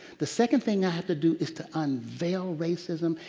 the second thing i have to do is to unveil racism,